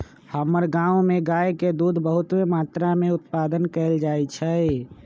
हमर गांव में गाय के दूध बहुते मत्रा में उत्पादन कएल जाइ छइ